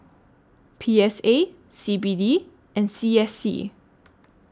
P S A C B D and C S C